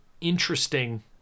interesting